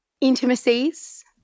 intimacies